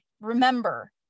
Remember